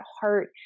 heart